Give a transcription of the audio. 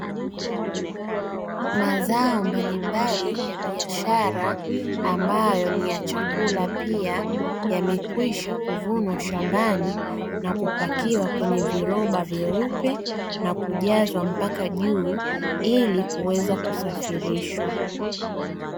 Mazao mbalimbali ya biashara ambayo ni ya chakula pia, yamekwisha kuvunwa shambani, na kupakiwa kwenye viroba vyeupe na kujazwa mpaka juu ili kuweza kusafirishwa.